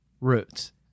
roots